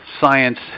science